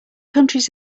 countries